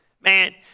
Man